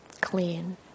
clean